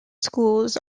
schools